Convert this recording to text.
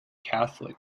catholic